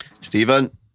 Stephen